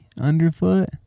underfoot